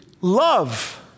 love